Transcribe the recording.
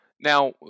Now